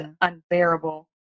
unbearable